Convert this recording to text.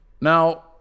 Now